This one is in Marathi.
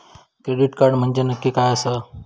क्रेडिट कार्ड म्हंजे नक्की काय आसा?